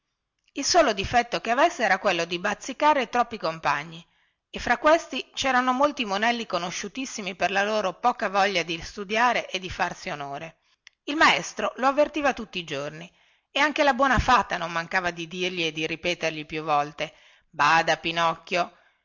il solo difetto che avesse era quello di bazzicare troppi compagni e fra questi cerano molti monelli conosciutissimi per la loro poca voglia di studiare e di farsi onore il maestro lo avvertiva tutti i giorni e anche la buona fata non mancava di dirgli e di ripetergli più volte bada pinocchio